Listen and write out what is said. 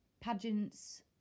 pageants